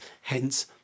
Hence